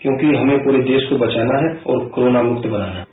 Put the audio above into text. क्योंकि हमें पूरे देश को बचाना है और कोरोना मुक्त बनाना है